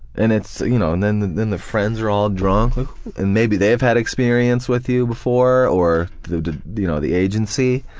and you know and then then the friends are all drunk and maybe they've had experience with you before or the you know the agency,